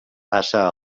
passa